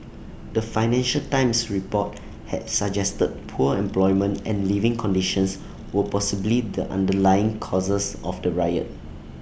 the financial times report had suggested poor employment and living conditions were possibly the underlying causes of the riot